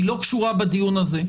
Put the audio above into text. היא לא קשורה בדיון הזה.